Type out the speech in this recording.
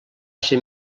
ser